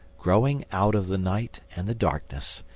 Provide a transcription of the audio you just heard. growing out of the night and the darkness,